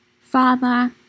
Father